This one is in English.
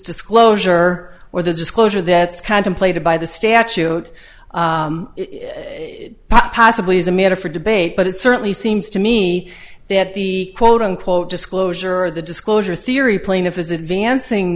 disclosure or the disclosure that's contemplated by the statute possibly is a matter for debate but it certainly seems to me that the quote unquote disclosure or the disclosure theory plaintiff is advancing